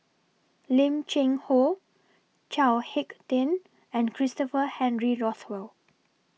Lim Cheng Hoe Chao Hick Tin and Christopher Henry Rothwell